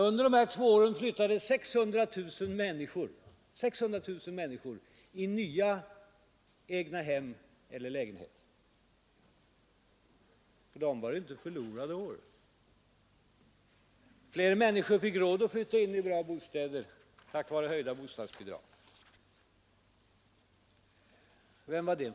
Under de här två åren flyttade 600 000 människor in i nya egnahem eller lägenheter; för dem var det inte förlorade år. Flera människor fick råd att flytta in i bra bostäder tack vare höjda bostadsbidrag. Var det för dem förlorade år?